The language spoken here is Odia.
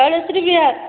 ଶୈଳଶ୍ରୀ ବିହାର